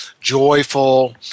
joyful